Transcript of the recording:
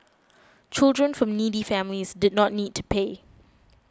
children from needy families did not need to pay